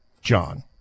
John